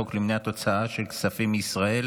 הצעת חוק למניעת הוצאה של כספים מישראל